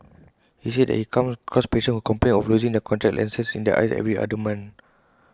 he said that he comes across patients who complain of losing their contact lenses in their eyes every other month